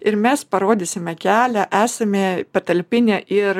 ir mes parodysime kelią esame patalpinę ir